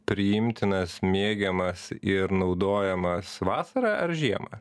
priimtinas mėgiamas ir naudojamas vasarą ar žiemą